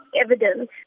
evidence